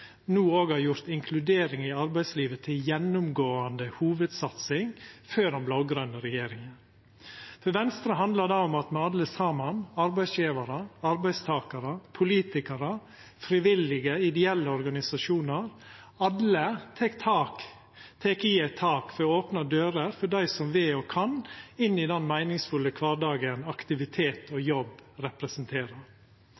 no òg har gjort inkludering i arbeidslivet til ei gjennomgåande hovudsatsing for den blå-grøne regjeringa. For Venstre handlar det om at me alle saman – arbeidsgjevarar, arbeidstakarar, politikarar, frivillige, ideelle organisasjonar – tek i eit tak for å opna dører for dei som vil og kan, inn i den meiningsfulle kvardagen aktivitet og